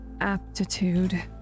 aptitude